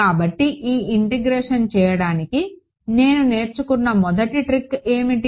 కాబట్టి ఈ ఇంటిగ్రేషన్ చేయడానికి నేను నేర్చుకున్న మొదటి ట్రిక్ ఏమిటి